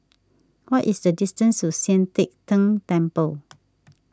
what is the distance to Sian Teck Tng Temple